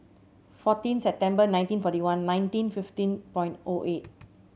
fourteen September nineteen forty one nineteen fifteen point O eight